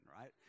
right